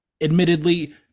Admittedly